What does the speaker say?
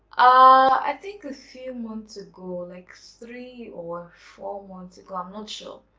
ah i think a few months ago like three or four months ago. i'm, not sure